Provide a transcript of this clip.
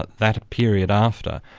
but that period after,